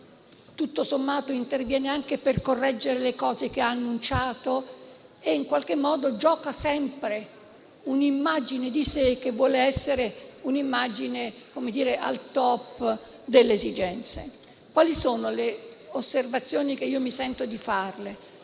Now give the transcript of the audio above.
tutto sommato interviene anche per correggere le cose che ha annunciato e in qualche modo gioca sempre un'immagine di sé che vuole essere al *top* delle esigenze. La prima delle osservazioni che mi sento di farle